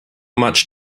much